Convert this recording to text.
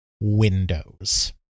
Windows